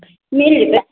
मिल जेतै